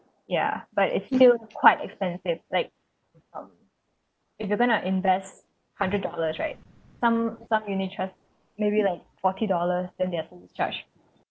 ya but it's still quite expensive like um if you are gonna invest hundred dollars right thumb some some unit trust maybe like forty dollars then there're service charge